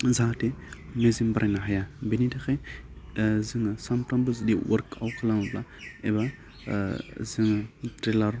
जाहाथे मेजेम बारायनो हाया बेनि थाखाय जोङो सानफ्रामबो जुदि अवार्कआउट खालामोबा एबा जोङो ट्रेइलार